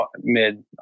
mid